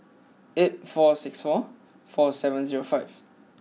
eight four six four four seven zero five